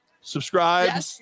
subscribe